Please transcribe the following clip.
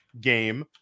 game